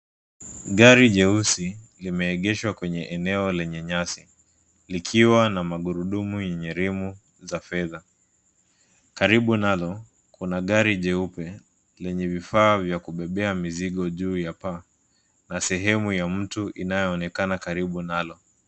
Gari jeusi limeegeshwa kwenye eneo lenye nyasi likiwa na magurudumu yenye rimu za fedha. Karibu nalo kuna gari jeupe lenye vifaa vya kubebea mizigo juu ya paa na sehemu ya mtu inayoonekana karibu nalo.